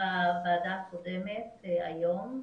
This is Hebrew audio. בוועדה הקודמת, היום,